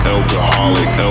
Alcoholic